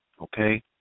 Okay